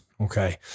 Okay